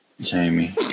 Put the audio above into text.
Jamie